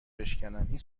بشکنم، این